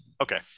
Okay